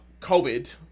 COVID